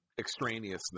extraneousness